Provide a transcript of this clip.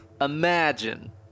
imagine